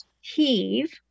heave